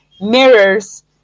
mirrors